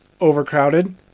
overcrowded